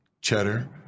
cheddar